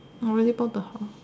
already bought the house